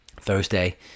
Thursday